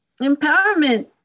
Empowerment